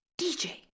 DJ